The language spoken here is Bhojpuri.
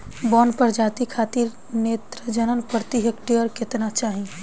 बौना प्रजाति खातिर नेत्रजन प्रति हेक्टेयर केतना चाही?